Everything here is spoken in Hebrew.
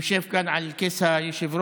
יושב כאן על כס היושב-ראש,